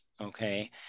Okay